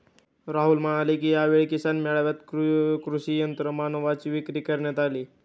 राहुल म्हणाले की, यावेळी किसान मेळ्यात कृषी यंत्रमानवांची विक्री करण्यात आली